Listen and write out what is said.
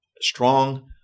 strong